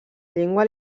llengua